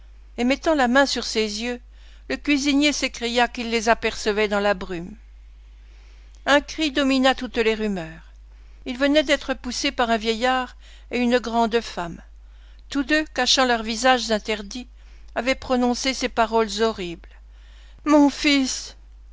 et mettant la main sur ses yeux le cuisinier s'écria qu'il les apercevait dans la brume un cri domina toutes les rumeurs il venait d'être poussé par un vieillard et une grande femme tous deux cachant leurs visages interdis avaient prononcé ces paroles horribles mon fils